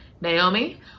Naomi